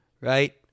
right